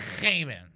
Haman